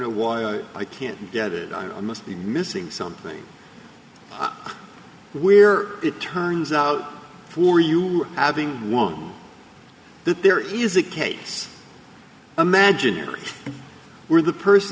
know why i can't get it i must be missing something where it turns out for you having one that there is a case imagine you were the person